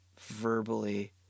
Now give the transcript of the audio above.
verbally